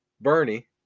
Bernie